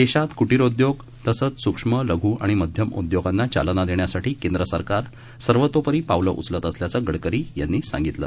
देशातकुटीरोदयोगतसंचसूक्ष्म लघ्आणिमध्यमउद्योगानाचालनादेण्यासाठीकेंद्रसरकारसर्वतोपरीपावलेउचलतअसल्याचगडकरीयांनीसां गितल